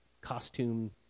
costume